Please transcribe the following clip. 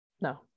No